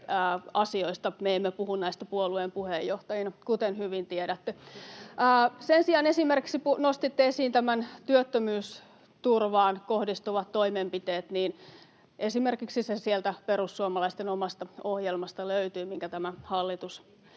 asioista puhu puolueen puheenjohtajina, kuten hyvin tiedätte. Sen sijaan kun nostitte esiin esimerkiksi tähän työttömyysturvaan kohdistuvat toimenpiteet, niin esimerkiksi sieltä perussuomalaisten omasta ohjelmasta löytyy se, minkä tämä hallitus